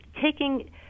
taking